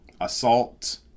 assault